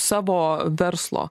savo verslo